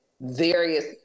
various